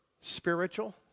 spiritual